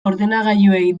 ordenagailuei